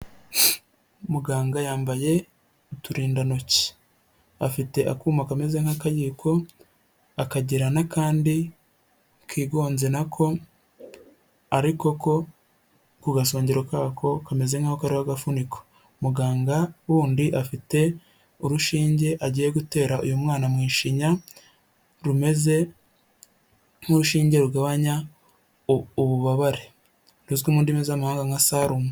Muganga yambaye uturindantoki afite akuma kameze nk'akayiko akagi n'akandi kigonze nako ariko ko ku gasongero kako kameze nk'aho kariho agafuniko. Muganga w'undi afite urushinge agiye gutera uyu mwana mu ishinya rumeze nk'urushinge rugabanya ububabare ruzwi mu ndimi z'amahanga nka salumu.